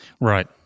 Right